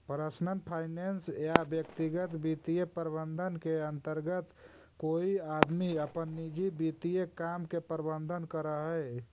personal finance या व्यक्तिगत वित्तीय प्रबंधन के अंतर्गत कोई आदमी अपन निजी वित्तीय काम के प्रबंधन करऽ हई